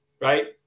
right